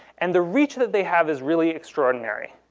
and the reach that they have is really extraordinary.